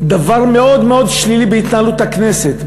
כדבר מאוד מאוד שלילי בהתנהלות הכנסת,